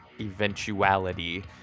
eventuality